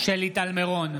טל מירון,